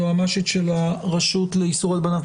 היועצת המשפטית של הרשות לאיסור הלבנת